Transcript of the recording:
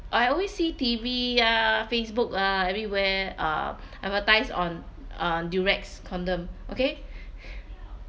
I always see T_V ah Facebook lah everywhere uh advertise on uh Durex condom okay